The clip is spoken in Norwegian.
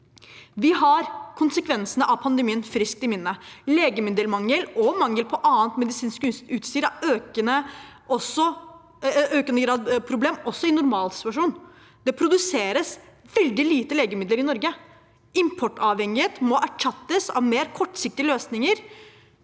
Vi har konsekvensene av pandemien friskt i minne. Legemiddelmangel og mangel på annet medisinsk utstyr er i økende grad et problem også i en normalsituasjon. Det produseres veldig lite legemidler i Norge. Importavhengighet må erstattes av mer kortreiste løsninger